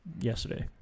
yesterday